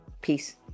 Peace